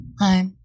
hi